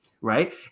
right